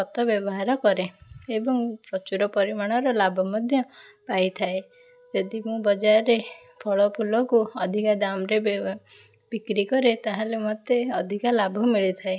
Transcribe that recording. ଖତ ବ୍ୟବହାର କରେ ଏବଂ ପ୍ରଚୁର ପରିମାଣର ଲାଭ ମଧ୍ୟ ପାଇଥାଏ ଯଦି ମୁଁ ବଜାରରେ ଫଳ ଫୁଲକୁ ଅଧିକ ଦାମ୍ରେ ବିକ୍ରି କରେ ତା'ହେଲେ ମୋତେ ଅଧିକା ଲାଭ ମିଳିଥାଏ